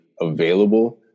available